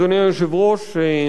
אדוני היושב-ראש,